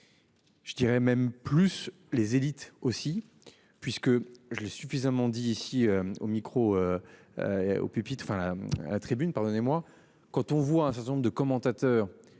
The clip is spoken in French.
Je dirais même plus, les élites aussi puisque je l'ai suffisamment dit ici au micro. Au pupitre, enfin la Tribune pardonnez-moi quand on voit un certain nombre de commentateurs.